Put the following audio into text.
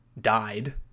died